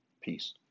Peace